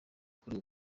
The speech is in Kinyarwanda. kuri